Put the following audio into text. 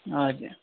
हजुर